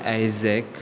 Isaac